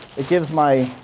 it gives my